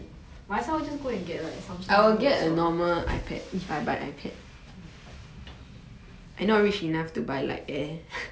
like like like bo hua like might as well just go and get Samsung note